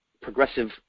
progressive